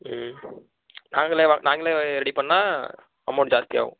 ம் நாங்களே வா நாங்களே ரெடி பண்ணால் அமௌண்ட் ஜாஸ்தியாகவும்